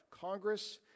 Congress